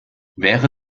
wäre